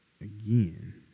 again